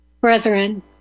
brethren